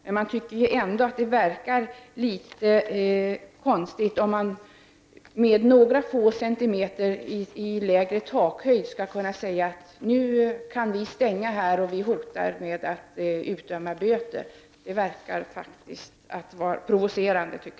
Men jag tycker ändå att det verkar litet konstigt att om lokalen har några få centimeter lägre takhöjd kan man stänga verksamheten och hota med att utdöma böter. Det verkar provocerande,